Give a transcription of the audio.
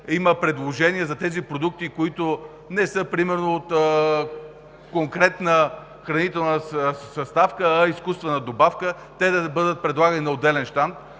има предложения за тези продукти, които не са примерно от конкретна хранителна съставка, а са изкуствена добавка, да бъдат предлагани на отделен щанд.